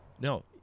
No